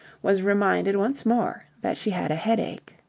was reminded once more that she had a headache.